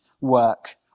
work